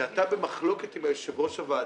שאתה במחלוקת עם יושב-ראש הוועדה,